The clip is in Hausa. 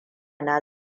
na